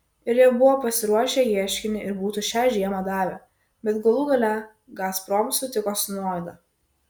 ir jie buvo pasiruošę ieškinį ir būtų šią žiemą davę bet galų gale gazprom sutiko su nuolaida